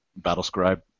Battlescribe